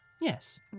Yes